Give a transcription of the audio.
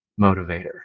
motivator